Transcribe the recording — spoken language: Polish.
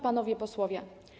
Panowie Posłowie!